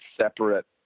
separate